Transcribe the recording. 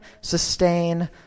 sustain